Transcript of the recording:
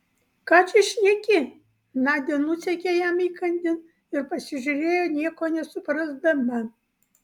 ką čia šneki nadia nusekė jam įkandin ir pasižiūrėjo nieko nesuprasdama